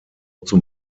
zum